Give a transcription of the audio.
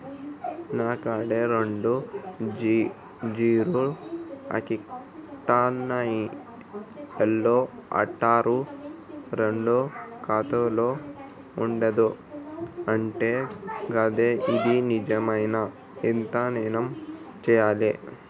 నా కాడా రెండు జీరో అకౌంట్లున్నాయి ఊళ్ళో అంటుర్రు రెండు ఖాతాలు ఉండద్దు అంట గదా ఇది నిజమేనా? ఐతే నేనేం చేయాలే?